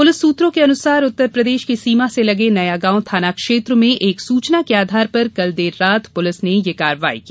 police सुत्रों के अनुसार उत्तरप्रदेश की सीमा से लगे नयागांव थाना क्षेत्र में एक सूचना के आधार पर कल देर रात पुलिस ने यह कार्रवाई की